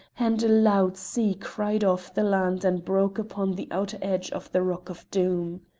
and a loud sea cried off the land and broke upon the outer edge of the rock of doom.